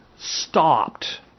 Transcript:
stopped